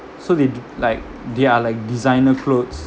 so they d~ like they are like designer clothes